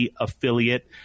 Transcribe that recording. affiliate